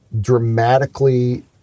dramatically